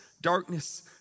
darkness